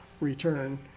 return